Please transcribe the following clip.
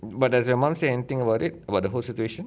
but does your mum say anything about it about the whole situation